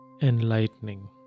enlightening